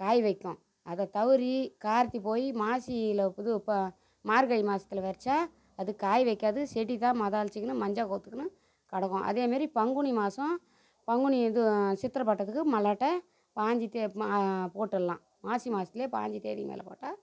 காய் வைக்கும் அதை தவரி கார்த்தி போய் மாசியில் இது இப்போ மார்கழி மாசத்தில் வெதைச்சா அது காய் வைக்காது செடி தான் மதாளிச்சிக்குனு மஞ்ச கொத்துகுனு கிடக்கும் அதே மாரி பங்குனி மாதம் பங்குனி இது சித்திர பாட்டத்துக்கு மல்லாட்ட பதிஞ்சி தே ம போட்டுலாம் மாசி மாசத்துலேயே பதிஞ்சி தேதிக்கு மேலே போட்டால்